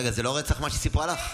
רגע, זה לא רצח, מה שהיא סיפרה לך?